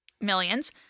millions